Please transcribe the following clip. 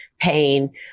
pain